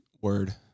word